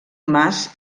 mas